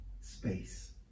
space